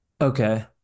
Okay